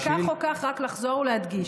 אבל כך או כך, רק לחזור ולהדגיש: